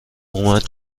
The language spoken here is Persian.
اومد